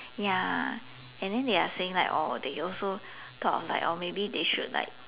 ya and then they are saying like oh they also thought of like oh maybe they should like